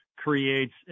creates